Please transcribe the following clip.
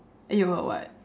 and you got what